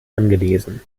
angelesen